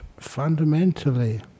Fundamentally